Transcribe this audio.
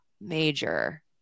major